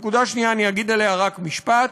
נקודה שנייה, אני אגיד עליה רק משפט,